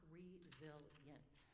resilient